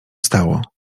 stało